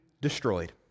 destroyed